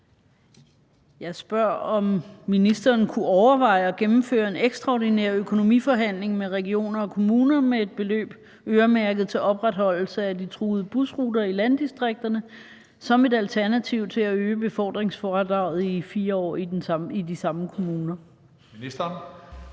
lyder: Kunne ministeren overveje at gennemføre en ekstraordinær økonomiforhandling med regioner og kommuner med et beløb øremærket til opretholdelse af de truede busruter i landdistrikterne som et alternativ til at øge befordringsfradraget i 4 år i de samme kommuner? Kl.